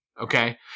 okay